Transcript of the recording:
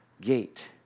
gate